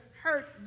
hurt